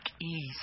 ease